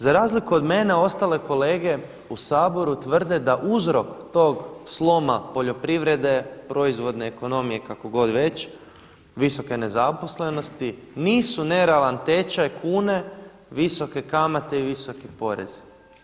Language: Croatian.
Za razliku od mene ostale kolege u Saboru tvrde da uzrok tog sloma poljoprivrede proizvodne ekonomije kako god već, visoke nezaposlenosti nisu nerealan tečaj kune visoke kamate i visoki porezi.